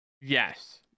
Yes